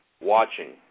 watching